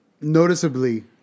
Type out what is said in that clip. noticeably